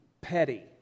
petty